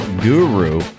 guru